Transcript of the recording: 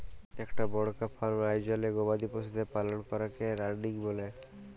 ইকটা বড়কা ফার্ম আয়জলে গবাদি পশুদের পালল ক্যরাকে রানচিং ব্যলে